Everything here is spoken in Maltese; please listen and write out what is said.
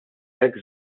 hekk